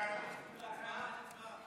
סעיף 1 נתקבל.